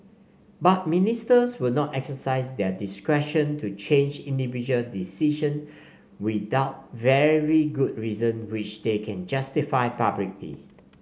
but Ministers will not exercise their discretion to change individual decision without very good reason which they can justify publicly